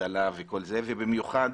אבטלה וכל זה, ובמיוחד